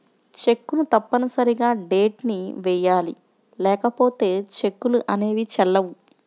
చెక్కును తప్పనిసరిగా డేట్ ని వెయ్యాలి లేకపోతే చెక్కులు అనేవి చెల్లవు